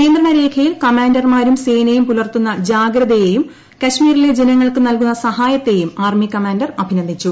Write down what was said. നിയന്ത്രണരേഖയിൽ കമ്മാൻഡർമാരും സേനയും പുലർത്തുന്ന ജാഗ്രതയെയും കശ്മീരിലെ ജനങ്ങൾക്ക് നൽകുന്ന സഹായത്തെയും ആർമി കമ്മാൻഡർ അഭിനന്ദിച്ചു